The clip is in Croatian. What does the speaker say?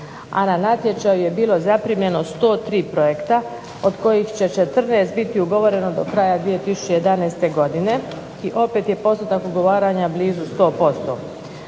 a na natječaju je bilo zaprimljeno 103 projekta od kojih će 14 biti ugovoreno do kraja 2011. godine. I opet je postotak ugovaranja blizu 100%.